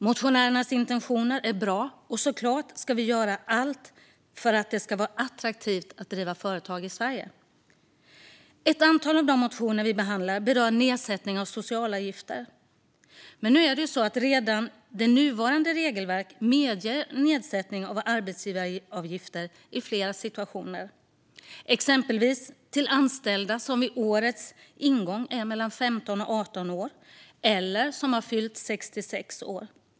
Motionärernas intentioner är bra, och vi ska självklart göra allt för att det ska vara attraktivt att driva företag i Sverige. Ett antal av de motioner vi behandlar berör nedsättning av socialavgifter. Nuvarande regelverk medger dock redan nedsättning av arbetsgivaravgifter i flera situationer. Exempelvis gäller det för anställda som vid årets ingång är mellan 15 och 18 år eller som har fyllt 66 år.